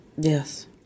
Yes